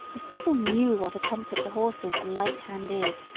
if people knew what a comfort to horses a light hand is,